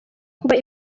kuba